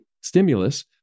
stimulus